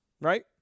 Right